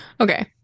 Okay